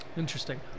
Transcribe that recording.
Interesting